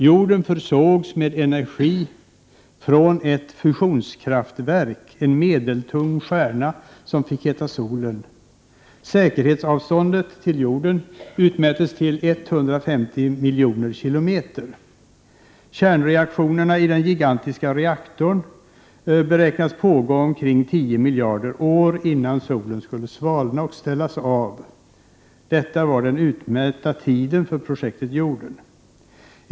Jorden försågs med energi från ett fusionskraftverk, en medeltung stjärna som fick heta Solen. Säkerhetsavståndet till jorden utmättes till 150 miljoner km. Kärnreaktionerna i den gigantiska reaktorn ——— beräknades pågå omkring 10 miljarder år innan solen skulle svalna och ställas av. Detta var den utmätta tiden för projektet Jorden.